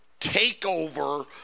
takeover